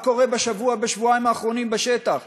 מה קורה בשבועיים האחרונים בשטח?